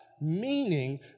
meaning